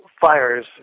fires